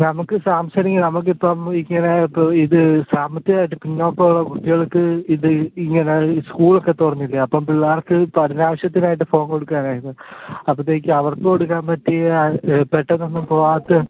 നമുക്ക് സാംസങ്ങിന് നമുക്കിപ്പം ഇങ്ങനെ ഇപ്പോൾ ഇത് സാമ്പത്തികമായിട്ട് പിന്നോക്കമുള്ള കുട്ടികൾക്ക് ഇത് ഇങ്ങനെ സ്കൂളൊക്കെ തുറന്നില്ലേ അപ്പം പിള്ളേർക്ക് പഠനാവശ്യത്തിനായിട്ട് ഫോൺ കൊടുക്കാനായിരുന്നു അപ്പോഴത്തേക്ക് അവർക്ക് കൊടുക്കാന് പറ്റിയ പെട്ടന്നൊന്നും പോകാത്ത